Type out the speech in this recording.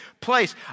place